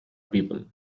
people